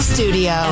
Studio